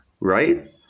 right